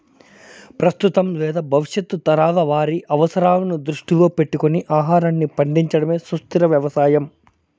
ప్రస్తుతం లేదా భవిష్యత్తు తరాల వారి అవసరాలను దృష్టిలో పెట్టుకొని ఆహారాన్ని పండించడమే సుస్థిర వ్యవసాయం